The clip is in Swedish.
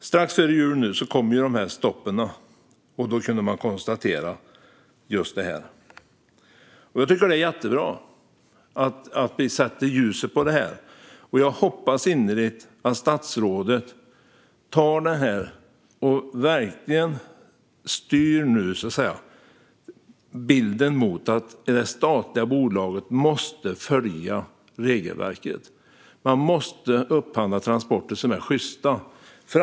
Strax före jul kom de här stoppen, och då kunde man konstatera just detta. Jag tycker att det är jättebra att vi sätter ljuset på det här, och jag hoppas innerligt att statsrådet tar med sig detta och verkligen styr mot att statliga bolag måste följa regelverket. Man måste upphandla transporter som är sjysta.